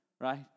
right